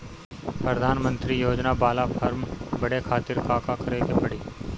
प्रधानमंत्री योजना बाला फर्म बड़े खाति का का करे के पड़ी?